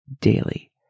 daily